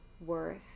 Worth